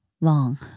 long